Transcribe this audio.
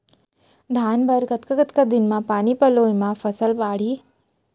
धान बर कतका कतका दिन म पानी पलोय म फसल बाड़ही?